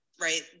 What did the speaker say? right